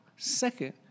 Second